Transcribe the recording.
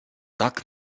tak